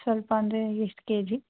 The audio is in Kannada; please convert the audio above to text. ಸ್ವಲ್ಪ ಅಂದರೆ ಎಷ್ಟು ಕೆಜಿ